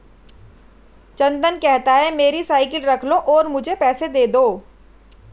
चंदन कहता है, मेरी साइकिल रख लो और मुझे पैसे दे दो